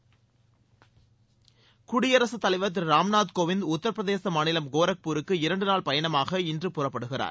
குடியரசுத் தலைவர் உபி குடியரசுத் தலைவர் திரு ராம்நாத் கோவிந்த் உத்தரப்பிரதேச மாநிலம் கோரக்பூருக்கு இரண்டு நாள் பயணமாக இன்று புறப்படுகிறார்